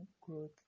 growth